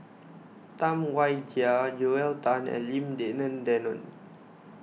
Tam Wai Jia Joel Tan and Lim Denan Denon